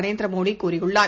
நரேந்திர மோடி கூறியுள்ளார்